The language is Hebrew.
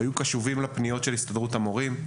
היו קשובים לפניות של הסתדרות המורים.